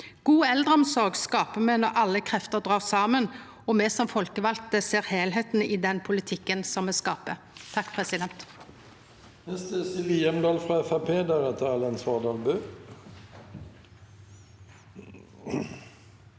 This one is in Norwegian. God eldreomsorg skapar me når alle krefter dreg saman, og me som folkevalde ser heilskapen i den politikken me skapar.